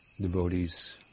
devotees